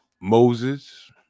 Moses